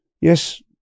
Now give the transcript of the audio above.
yes